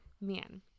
man